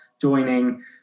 joining